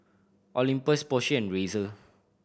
Olympus Porsche and Razer